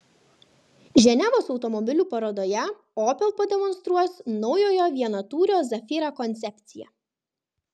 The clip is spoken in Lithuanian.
ženevos automobilių parodoje opel pademonstruos naujojo vienatūrio zafira koncepciją